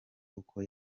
uko